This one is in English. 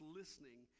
listening